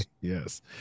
Yes